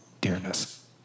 dearness